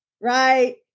right